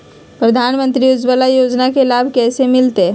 प्रधानमंत्री उज्वला योजना के लाभ कैसे मैलतैय?